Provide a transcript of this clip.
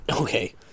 Okay